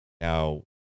now